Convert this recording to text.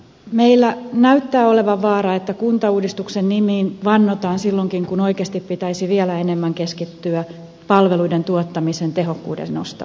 meillä näyttää olevan vaara että kuntauudistuksen nimiin vannotaan silloinkin kun oikeasti pitäisi vielä enemmän keskittyä palveluiden tuottamisen tehokkuuden nostamiseen